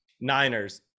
Niners